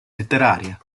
letteraria